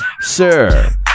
Sir